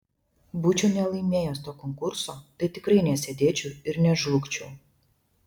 būčiau nelaimėjęs to konkurso tai tikrai nesėdėčiau ir nežlugčiau